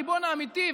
הריבון האמיתי,